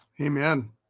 Amen